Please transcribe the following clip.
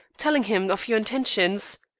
telling him of your intentions?